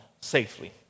safely